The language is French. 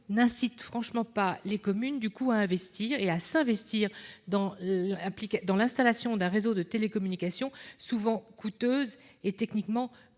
n'incitent pas les communes à investir, et à s'investir, dans l'installation d'un réseau de télécommunications souvent coûteuse et techniquement